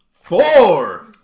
Four